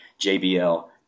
JBL